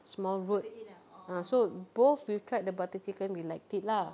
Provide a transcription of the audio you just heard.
small road ah so both we've tried the butter chicken we liked it lah